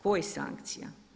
Kojih sankcija?